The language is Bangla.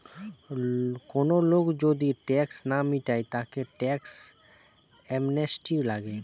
কোন লোক যদি ট্যাক্স না মিটায় তাকে ট্যাক্স অ্যামনেস্টি লাগে